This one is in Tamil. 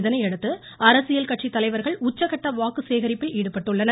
இதையடுத்து அரசியல் கட்சித்தலைவர்கள் உச்சகட்ட வாக்கு சேகரிப்பில் ஈடுபட்டுள்ளனர்